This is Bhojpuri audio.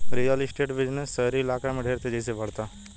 रियल एस्टेट बिजनेस शहरी इलाका में ढेर तेजी से बढ़ता